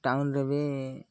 ଟାଉନ୍ରେ ବି